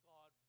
God